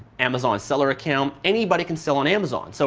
amazon seller account, anybody can sell on amazon. so